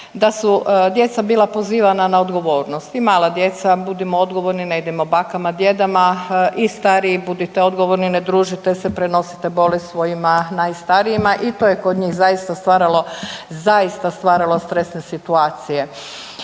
da su djeca bila pozivana odgovornost, budimo odgovorni ne idimo bakama, djedama i stariji budite odgovorni ne družite se, prenosite bolest svojima najstarijima i to je kod njih zaista stvaralo, zaista stvaralo